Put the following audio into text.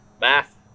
math